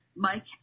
Mike